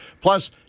Plus